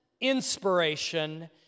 inspiration